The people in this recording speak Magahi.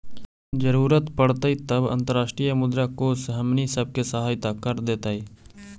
जरूरत पड़तई तब अंतर्राष्ट्रीय मुद्रा कोश हमनी सब के सहायता कर देतई